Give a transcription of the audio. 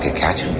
and catch